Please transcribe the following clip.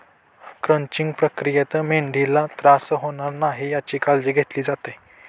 crunching प्रक्रियेत मेंढीला त्रास होणार नाही याची काळजी घेतली जाते